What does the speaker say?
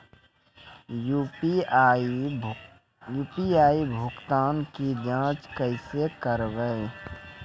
UPI भुगतान की जाँच कैसे करेंगे?